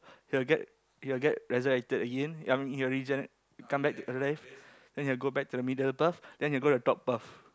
he'll get he'll get resurrected Again I mean he'll regenerate come back alive then he'll go back to the middle above then he'll go to the top path